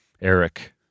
eric